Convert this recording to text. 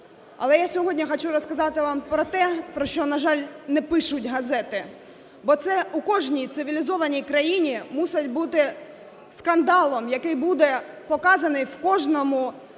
але я сьогодні хочу розказати про те, про що, на жаль, не пишуть газети, бо це у кожній цивілізованій країні мусить бути скандалом, який буде показаний в кожній